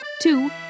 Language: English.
Two